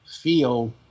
feel